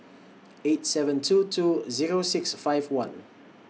eight seven two two Zero six five one